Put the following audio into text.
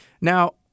Now